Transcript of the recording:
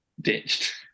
ditched